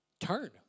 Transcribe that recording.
Turn